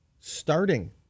starting